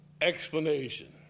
explanation